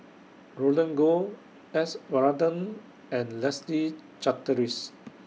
Roland Goh S Varathan and Leslie Charteris